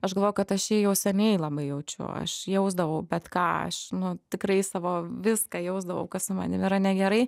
aš galvoju kad aš jį jau seniai labai jaučiu aš jausdavau bet ką aš nu tikrai savo viską jausdavau kas su manim yra negerai